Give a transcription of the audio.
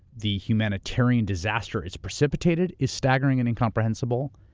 the humanitarian disaster it's precipitated is staggering and incomprehensible.